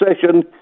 session